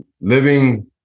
living